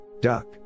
Duck